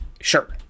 sure